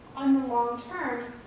on the long term,